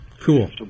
Cool